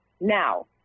now